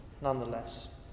nonetheless